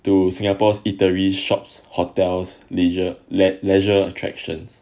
to singapore's eateries shops hotels leisure lei~ leisure attractions